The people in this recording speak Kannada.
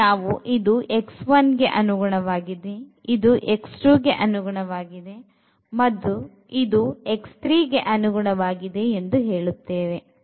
ಇಲ್ಲಿ ನಾವು ಇದು ಗೆ ಅನುಗುಣವಾಗಿದೆ ಇದು ಗೆ ಅನುಗುಣವಾಗಿದೆ ಮತ್ತು ಇದು ಗೆ ಅನುಗುಣವಾಗಿದೆ ಎಂದು ಹೇಳುತ್ತೇನೆ